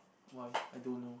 why I don't know